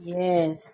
yes